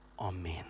Amen